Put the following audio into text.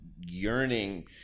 yearning